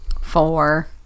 Four